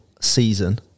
season